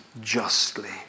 justly